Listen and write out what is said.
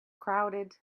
crowded